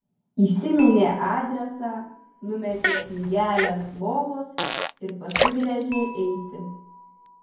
įsiminė adresą numetė knygelę ant lovos ir pasigręžė eiti